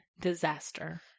disaster